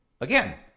Again